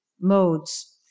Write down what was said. modes